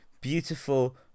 beautiful